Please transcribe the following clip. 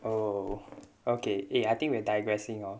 oh okay eh I think we are digressing hor